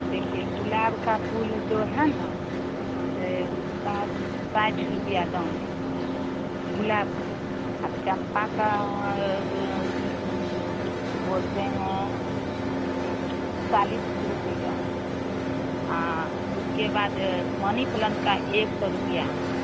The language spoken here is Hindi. देखिए गुलाब का फूल जो है ना से उसका साठ रुपये दाम हैं गुलाब का और चम्पा का और कि बोलते हैं उस चालीस रुपये उसके बाद मनी प्लंट का एक सौ रुपये है